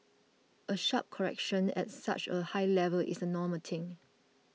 a sharp correction at such a high level is a normal thing